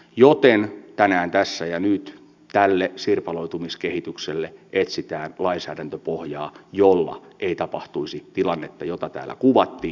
joten tänään tässä ja nyt tälle sirpaloitumiskehitykselle etsitään lainsäädäntöpohjaa jolla ei tapahtuisi tilannetta jota täällä kuvattiin